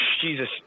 Jesus